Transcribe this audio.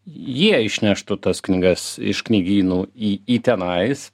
jie išneštų tas knygas iš knygynų į į tenais